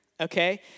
Okay